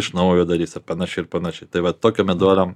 iš naujo darys ir panašiai ir panašiai tai vat tokio meduolio